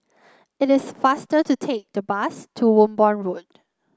it is faster to take the bus to Wimborne Road